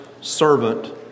servant